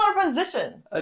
position